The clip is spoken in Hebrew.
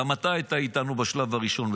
בוודאי גם אתה היית איתנו בשלב הראשון,